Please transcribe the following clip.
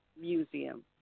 Museum